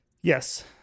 yes